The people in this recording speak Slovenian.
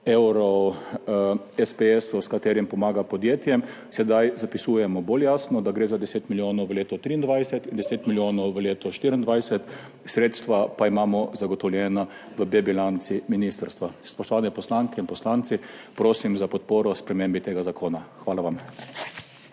evrov SPS, s katerimi se pomaga podjetjem, sedaj zapisujemo bolj jasno, da gre za 10 milijonov v letu 2023 in 10 milijonov v letu 2024, sredstva pa imamo zagotovljena v bilanci B ministrstva. Spoštovane poslanke in poslanci, prosim za podporo spremembi tega zakona. Hvala vam.